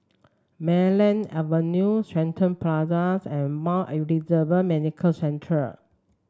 Marlene Avenue Shenton Plaza and Mount Elizabeth Medical Centre